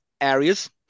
areas